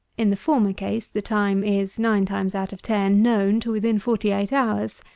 in the former case the time is, nine times out of ten, known to within forty-eight hours.